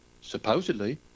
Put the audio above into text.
supposedly